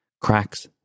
Cracks